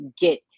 get